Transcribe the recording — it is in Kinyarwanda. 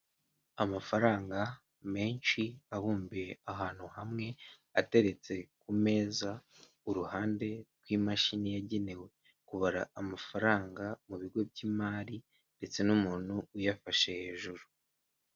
Amafaranga menshi abumbiye ahantu hamwe ateretse ku meza uruhande rw'imashini yagenewe kubara amafaranga mu bigo by'imari ndetse n'umuntu uyafashe hejuru.